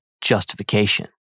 justification